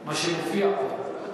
או שכבודו חושב משהו אחר?